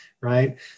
right